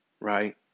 right